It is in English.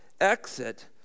exit